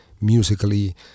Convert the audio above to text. musically